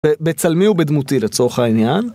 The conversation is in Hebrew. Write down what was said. בצלמי ובדמותי לצורך העניין.